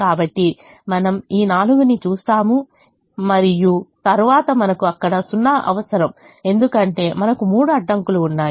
కాబట్టిమనము ఈ 4 ని చూస్తాము మనము ఈ 4 ని చూస్తాము మరియు తరువాత మనకు అక్కడ 0 అవసరం ఎందుకంటే మనకు 3 అడ్డంకులు ఉన్నాయి